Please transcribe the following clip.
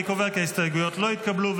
אני קובע כי ההסתייגויות לא התקבלו.